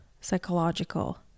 psychological